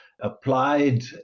applied